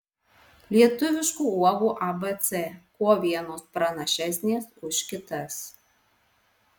lietuviškų uogų abc kuo vienos pranašesnės už kitas